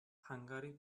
hungary